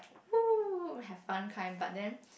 woo have fun kind but then